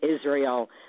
Israel